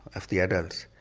of the adults,